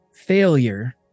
failure